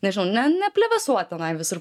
nežinau ne ne plevėsuot tenai visur